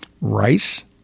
rice